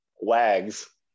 Wags